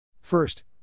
First